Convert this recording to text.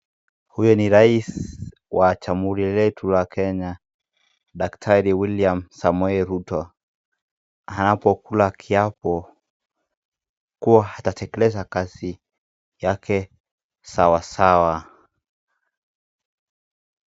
Huyu ni rais wa jamhuri letu la Kenya, daktari Samoei Wiliam Ruto anapokula kiapo kuwa atatekeleza kazi yake sawa sawa.